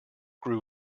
grew